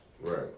Right